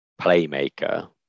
playmaker